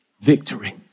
victory